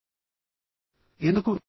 ఎందుకు